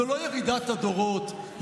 זו לא ירידת הדורות,